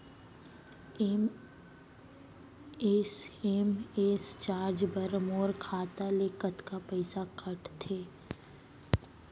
SMS charge बर मोर खाता ले कतका पइसा कटथे?